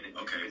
okay